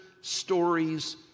stories